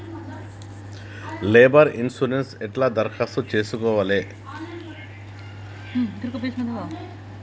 Labour insurance ఎట్ల దరఖాస్తు చేసుకోవాలే?